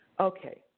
Okay